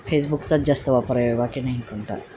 फेसबुकचाच जास्त वापर आहे बाकी नाही कोणता